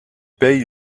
paye